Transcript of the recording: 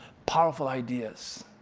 powerful ideas.